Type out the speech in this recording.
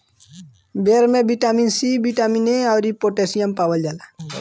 बेर में vitamin C, vitamin A अउरी पोटैशियम पावल जाला